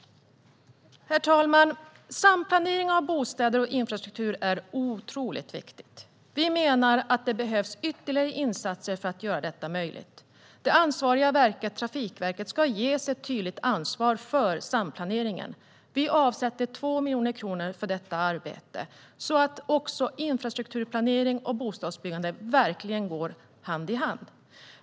Herr talman! Samplanering av bostäder och infrastruktur är otroligt viktigt. Vi menar att det behövs ytterligare insatser för att göra detta möjligt. Det ansvariga verket, Trafikverket, ska ges ett tydligt ansvar för samplaneringen. Vi avsätter 2 miljoner kronor för detta arbete så att också infrastrukturplanering och bostadsbyggande verkligen går hand i hand.